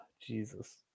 Jesus